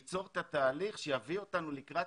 זה ייצור תהליך שיביא אותנו לקראת